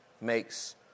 makes